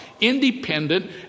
independent